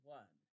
one